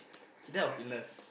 he die of illness